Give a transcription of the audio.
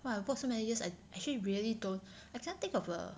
!wah! I work so many years I actually really don't I cannot think of a